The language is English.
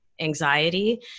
anxiety